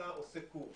אתה עושה קורס,